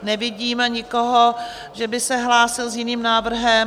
Nevidím nikoho, že by se hlásil s jiným návrhem.